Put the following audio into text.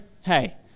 hey